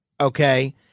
Okay